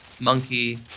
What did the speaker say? Monkey